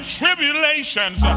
tribulations